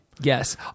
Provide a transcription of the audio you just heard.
Yes